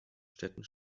städten